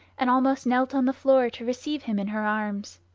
and almost knelt on the floor to receive him in her arms.